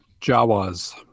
Jawas